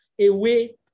away